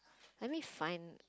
let me find